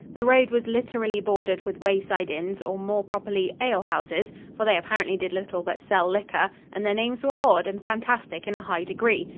the road was literally bordered with wayside inns, or, more properly, ale houses, for they apparently did little but sell liquor, and their names were odd and fantastic in a high degree.